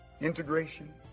integration